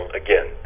again